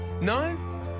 No